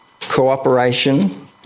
cooperation